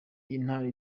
intara